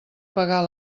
pagar